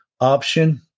option